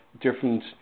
different